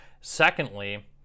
Secondly